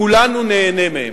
כולנו ניהנה מהם.